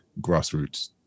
grassroots